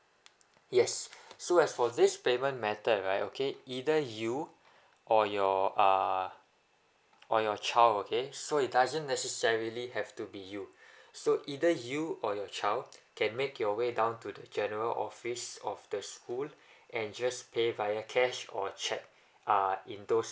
yes so as for this payment method right okay either you or your uh or your child okay so it doesn't necessarily have to be you so either you or your child can make your way down to the general office of the school and just pay via cash or cheque uh in those